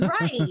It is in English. Right